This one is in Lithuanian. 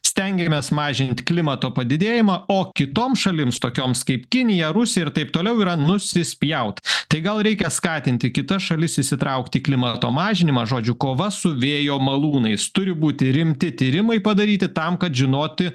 stengiamės mažinti klimato padidėjimą o kitoms šalims tokioms kaip kinija rusija ir taip toliau yra nusispjaut tai gal reikia skatinti kitas šalis įsitraukti klimato mažinimą žodžiu kova su vėjo malūnais turi būti rimti tyrimai padaryti tam kad žinoti